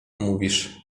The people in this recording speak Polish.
mówisz